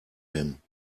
him